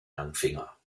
langfinger